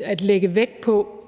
at lægge vægt på